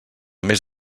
més